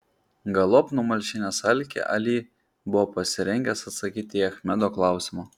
galop numalšinęs alkį ali buvo pasirengęs atsakyti į achmedo klausimą